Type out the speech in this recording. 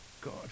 God